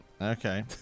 Okay